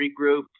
Regroup